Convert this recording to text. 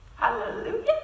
Hallelujah